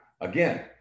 Again